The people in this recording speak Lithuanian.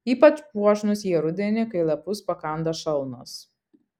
ypač puošnūs jie rudenį kai lapus pakanda šalnos